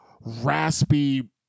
raspy